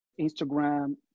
Instagram